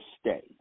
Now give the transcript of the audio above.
stay